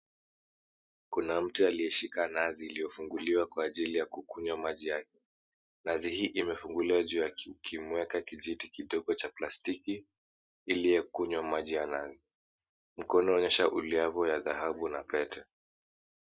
Kuna mtu aliyeshika nazi iliyofunguliwa kwa ajili ya kukunywa maji yake. Nazi hii imefunguliwa juu imewekwa kijiti kidogo cha plastiki ili kunywa maji ya nazi, mkono inaonyesha ileao ya dhahabu na pete